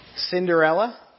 Cinderella